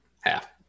half